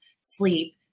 sleep